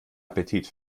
appetit